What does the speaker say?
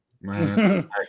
Man